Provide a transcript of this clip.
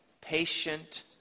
Patient